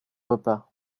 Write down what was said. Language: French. repas